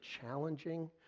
challenging